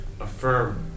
affirm